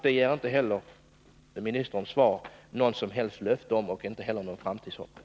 I kommunikationsministerns svar kan inte något som helst löfte skönjas och inte heller något framtidshopp.